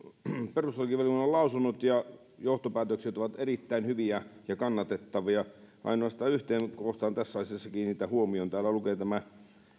perustuslakivaliokunnan lausunnot ja johtopäätökset ovat erittäin hyviä ja kannatettavia ainoastaan yhteen kohtaan tässä asiassa kiinnitän huomion täällä lukee tämä